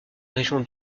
région